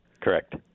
Correct